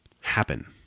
happen